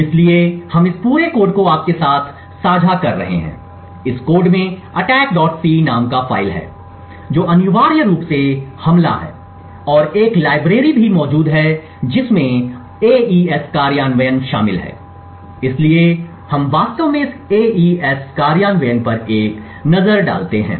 इसलिए हम इस पूरे कोड को आपके साथ साझा करेंगे इस कोड में attackc शामिल है जो अनिवार्य रूप से हमला है और एक पुस्तकालय भी मौजूद है जिसमें AES कार्यान्वयन शामिल है इसलिए हम वास्तव में इस AES कार्यान्वयन पर एक नज़र डालेंगे